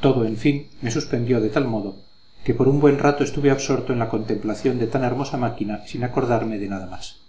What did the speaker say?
todo en fin me suspendió de tal modo que por un buen rato estuve absorto en la contemplación de tan hermosa máquina sin acordarme de nada más